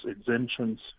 exemptions